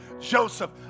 Joseph